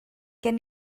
gen